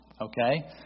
Okay